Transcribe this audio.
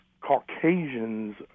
Caucasians